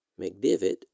McDivitt